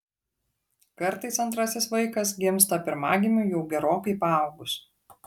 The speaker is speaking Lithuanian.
kartais antrasis vaikas gimsta pirmagimiui jau gerokai paaugus